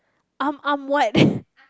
I'm I'm what